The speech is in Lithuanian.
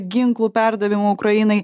ginklų perdavimo ukrainai